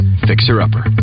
fixer-upper